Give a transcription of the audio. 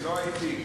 לא הייתי,